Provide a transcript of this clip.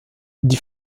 die